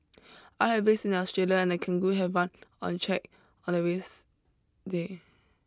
I have raced in Australia and a kangaroo have run on track on a race day